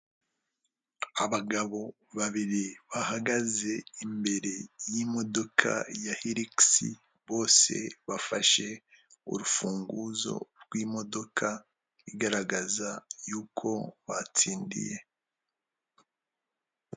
Abagabo babiri bahagaze imbere y'imodoka ya hilix, bose bafashe urufunguzo rw'imodoka igaragaza y'uko batsindiye...